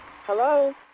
Hello